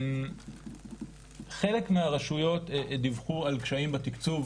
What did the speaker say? חלק מהרשויות דיווחו על קשיים בתקצוב